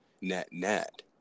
net-net